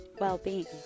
well-being